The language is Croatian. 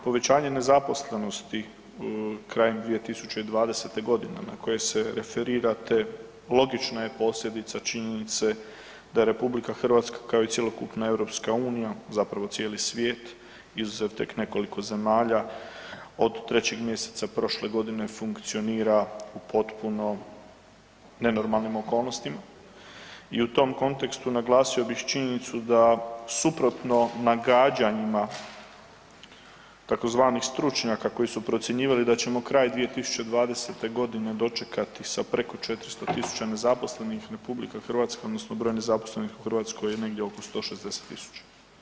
Povećanje nezaposlenosti krajem 2020. godine na koje se referirate logična je posljedica činjenice da je RH kao i cjelokupna EU zapravo cijeli svijet izuzev tek nekoliko zemalja od 3 mjeseca prošle godine funkcionira u potpuno nenormalnim okolnostima i u tom kontekstu naglasio bih činjenicu da suprotno nagađanjima tzv. stručnjaka koji su procjenjivali da ćemo kraj 2020. godine dočekati sa preko 400.000 nezaposlenih RH odnosno broj nezaposlenih u Hrvatskoj je negdje oko 160.000.